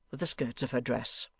with the skirts of her dress.